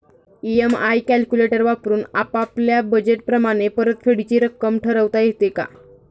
EMI calculator वापरून आपापल्या budget प्रमाणे परतफेडीची रक्कम ठरवता येते का?